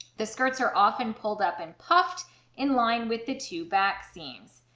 the skirts are often pulled up and puffed in line with the two back seams.